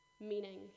meaning